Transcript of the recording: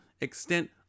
extent